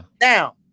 Now